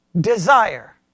desire